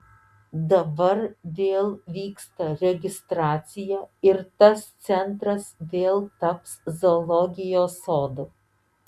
dabar vėl vyksta registracija ir tas centras vėl taps zoologijos sodu